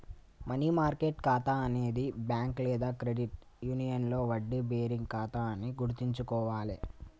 money market ఖాతా అనేది bank లేదా క్రెడిట్ యూనియన్లో వడ్డీ బేరింగ్ ఖాతా అని గుర్తుంచుకోవాలే